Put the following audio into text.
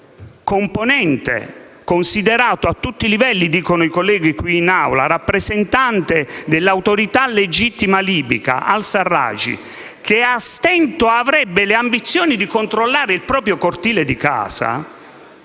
un soggetto considerato a tutti i livelli - dicono i colleghi qui in Aula - rappresentante dell'autorità legittima libica, al-Serraj, il quale invece a stento avrebbe l'ambizione di controllare il proprio cortile di casa.